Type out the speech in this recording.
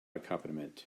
accompaniment